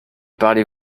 parlez